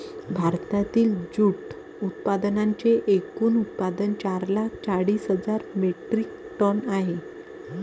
भारतातील जूट उत्पादनांचे एकूण उत्पादन चार लाख चाळीस हजार मेट्रिक टन आहे